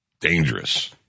Dangerous